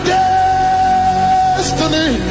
destiny